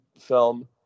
film